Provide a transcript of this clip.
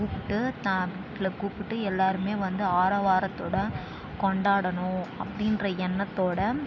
கூப்பிட்டு கூப்பிட்டு எல்லாேருமே வந்து ஆரவாரத்தோடு கொண்டாடணும் அப்படின்ற எண்ணத்தோடு